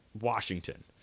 washington